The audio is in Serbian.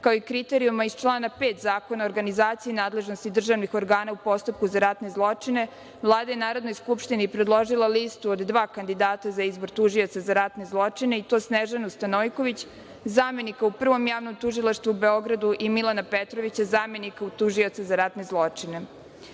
kao i kriterijuma iz člana 5. Zakona o organizaciji i nadležnosti državnih organa u postupku za ratne zločine, Vlada je Narodnoj skupštini predložila listu od dva kandidata za izbor tužioca za ratne zločine i to Snežanu Stanojković, zamenika u Prvom javnom tužilaštvu u Beogradu, i Milana Petrovića, zamenika tužioca za ratne zločine. Izbor